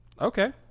Okay